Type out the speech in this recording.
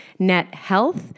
NetHealth